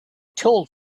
told